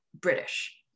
British